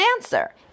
answer